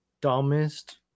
dumbest